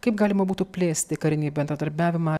kaip galima būtų plėsti karinį bendradarbiavimą